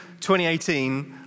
2018